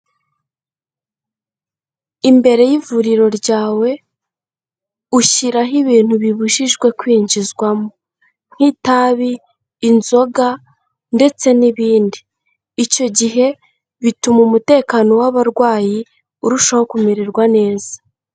Imbere y'ivuriro ryawe, ushyiraho ibintu bibujijwe kwinjizwamo, nk'itabi, inzoga, ndetse n'ibindi. Icyo gihe bituma umutekano w'abarwayi urushaho kumererwa neza.